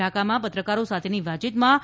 ઢાકામાં પત્રકારો સાથેની વાતયીતમાં આઇ